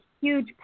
huge